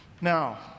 Now